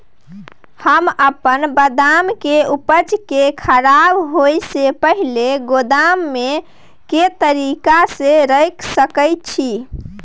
हम अपन बदाम के उपज के खराब होय से पहिल गोदाम में के तरीका से रैख सके छी?